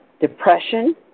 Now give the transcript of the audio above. depression